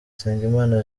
nsengimana